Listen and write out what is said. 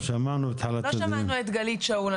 לא שמענו את גלית שאול.